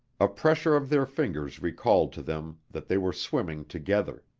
a pressure of their fingers recalled to them that they were swimming together.